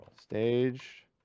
Stage